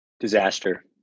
Disaster